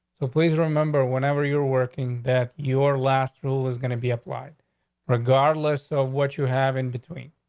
so please remember whenever you're working that your last rule is gonna be applied regardless of what you have in between.